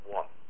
one